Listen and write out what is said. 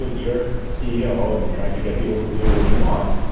and you're a ceo, and you're trying to get people to do what you want,